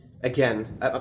Again